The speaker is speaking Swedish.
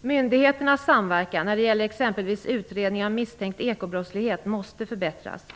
Myndigheternas samverkan när det gäller exempelvis utredning av misstänkt ekobrottslighet måste förbättras.